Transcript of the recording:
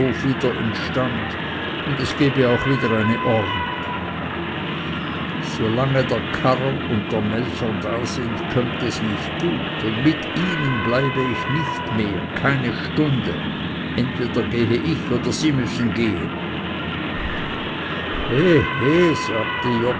wieder instand und es gebe auch wieder eine ornig solang der karrer und der melcher da sind kömmt es nicht gut und mit ihnen bleibe ich nicht mehr keine stunde entweder gehe ich oder sie müssen gehen